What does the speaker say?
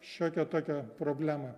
šiokia tokia problema